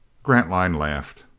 grantline laughed.